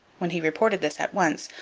when he reported this at once,